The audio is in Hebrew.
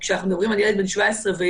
כשמדברים על ילד בן 17 ויום,